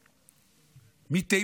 מדרום,